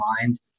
mind